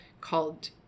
called